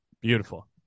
Beautiful